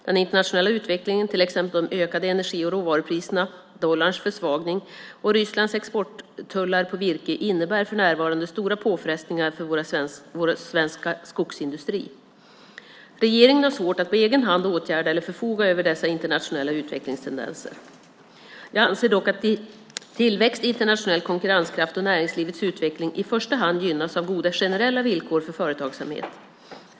Den internationella utvecklingen, till exempel de ökade energi och råvarupriserna, dollarns försvagning och Rysslands exporttullar på virke, innebär för närvarande stora påfrestningar för vår svenska skogsindustri. Regeringen har svårt att på egen hand åtgärda eller förfoga över dessa internationella utvecklingstendenser. Jag anser att tillväxt, internationell konkurrenskraft och näringslivets utveckling i första hand gynnas av goda generella villkor för företagsamhet.